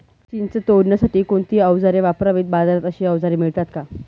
चिंच तोडण्यासाठी कोणती औजारे वापरावीत? बाजारात अशी औजारे मिळतात का?